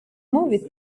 movie